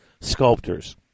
sculptors